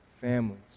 families